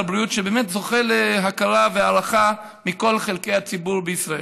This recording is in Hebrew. בריאות שבאמת זוכה להכרה ולהערכה מכל חלקי הציבור בישראל.